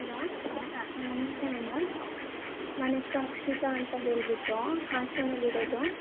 hello ಹಾಂ ನಮಸ್ತೆ madam ನನ್ನ ಹೆಸರು ಅಕ್ಷಿತ ಅಂತ ಹೇಳಿಬಿಟ್ಟು ಹಾಸನಲ್ಲಿ ಇರೋದು